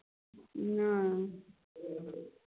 नहि